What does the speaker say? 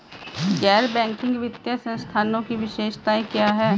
गैर बैंकिंग वित्तीय संस्थानों की विशेषताएं क्या हैं?